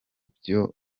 byo